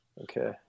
Okay